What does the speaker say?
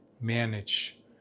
manage